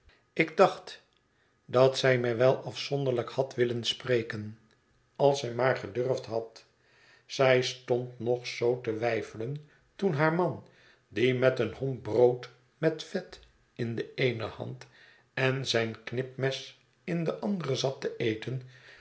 ik dacht dat zij mij wel afzonderlijk had willen spreken als zij maar gedurfd had zij stond nog zoo te weifelen toen haar man die met eene homp brood met vet in de eene hand en zijn knipmes in de andere zat te eten